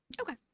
Okay